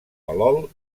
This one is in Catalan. palol